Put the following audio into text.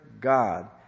God